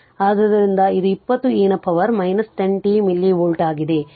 ಆದ್ದರಿಂದ ಇದು 20 e ನ ಪವರ್ 10 t ಮಿಲಿ ವೋಲ್ಟ್ ಆಗಿದೆ